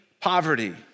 poverty